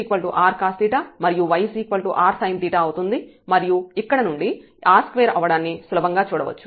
ఇందులో x r cos మరియు y r sin అవుతుంది మరియు ఇక్కడ ఇది r2 అవ్వడాన్ని సులభంగా చూడవచ్చు